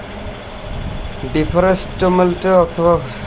deforestation বা বল উজাড় অলেক খ্যতিকারক পরভাব পরকিতির উপর পড়ে